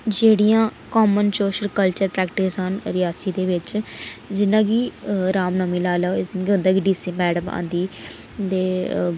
जेह्डियां common social cultural प्रैकि्टसां न रियासी दे बिच जि'यां कि रामनौमी लाई लैओ इस च केह् होंदा कि डीसी मैडम औंदी ते